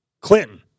Clinton